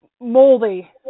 moldy